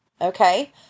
okay